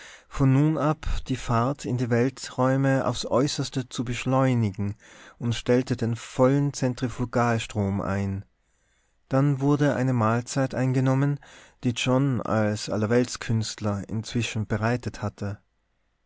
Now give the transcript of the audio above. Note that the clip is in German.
von nun ab die fahrt in die welträume aufs äußerste zu beschleunigen und stellte den vollen zentrifugalstrom ein dann wurde eine mahlzeit eingenommen die john als allerweltskünstler inzwischen bereitet hatte